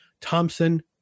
Thompson